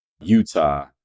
Utah